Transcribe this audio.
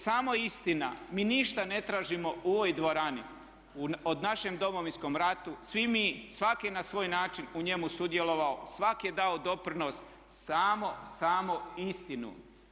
Samo istina, mi ništa ne tražimo u ovoj dvorani, o našem Domovinskom ratu svi mi svak je na svoj način u njemu sudjelovao, svak je dao doprinos, samo istinu.